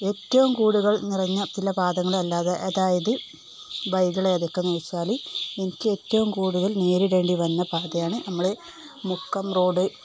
ഏറ്റവും കൂണ്ടുകള് നിറഞ്ഞ ചില പാതകള് അതായത് വഴികള് ഏതൊക്കെയെന്ന് ചോദിച്ചാല് എനിക്ക് ഏറ്റവും കുണ്ടുകള് നേരിടേണ്ടി വന്ന പാതയാണ് നമ്മുടെ മുക്കം റോഡ്